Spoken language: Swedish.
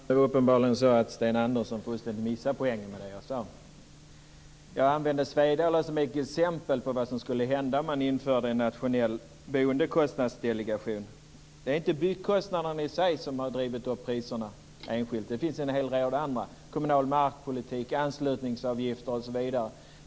Fru talman! Det är uppenbarligen så att Sten Andersson fullständigt missar poängen i det jag sade. Jag använde Svedala som ett exempel på vad som skulle hända om man införde en nationell boendekostnadsdelegation. Det är inte byggkostnaderna i sig som har drivit upp priserna enskilt. Det finns en hel rad andra faktorer: kommunal markpolitik, anslutningsavgifter osv.